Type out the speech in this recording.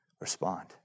respond